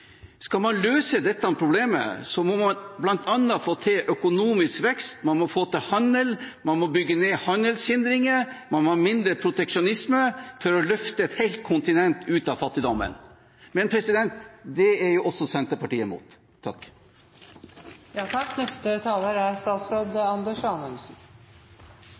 Skal man løse dette problemet, må man bl.a. få til økonomisk vekst, man må få til handel, man må bygge ned handelshindringer, man må ha mindre proteksjonisme for å løfte et helt kontinent ut av fattigdommen. Men det er jo også Senterpartiet imot. Jeg har nylig lest i avisen at det er